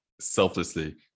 selflessly